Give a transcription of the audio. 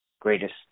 greatest